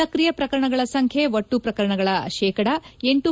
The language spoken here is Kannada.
ಸಕ್ರಿಯ ಪ್ರಕರಣಗಳ ಸಂಖ್ಯೆ ಒಟ್ಟು ಪ್ರಕರಣಗಳ ಶೇಕಡ ಲ